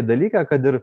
dalyką kad ir